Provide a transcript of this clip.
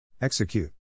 Execute